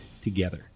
together